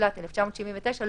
התשל"ט 1979‏ ,